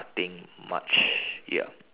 nothing much ya